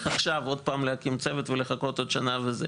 עכשיו עוד פעם להקים צוות ולחכות עוד שנה.